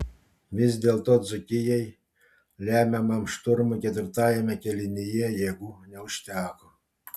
vis dėlto dzūkijai lemiamam šturmui ketvirtajame kėlinyje jėgų neužteko